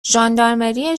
ژاندارمری